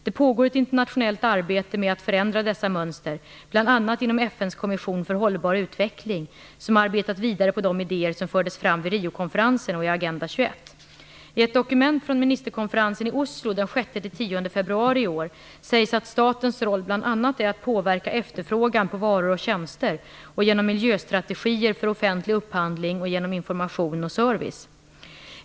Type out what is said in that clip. Det pågår ett internationellt arbete med att förändra dessa mönster, bl.a. inom FN:s kommission för hållbar utveckling som arbetat vidare på de idéer som fördes fram vid Riokonferensen och i Agenda 21. I ett dokument från ministerkonferensen i Oslo den 6-den 10 februari i år sägs att statens roll bl.a. är att påverka efterfrågan på varor och tjänster, genom miljöstrategier för offentlig upphandling och genom information och service.